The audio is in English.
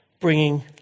bringing